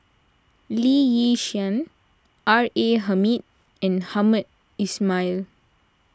Lee Yi Shyan R A Hamid and Hamed Ismail